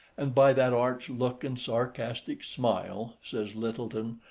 and by that arch look and sarcastic smile, says lyttelton,